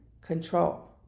control